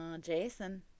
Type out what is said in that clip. Jason